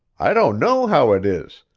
i don't know how it is,